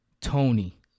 Tony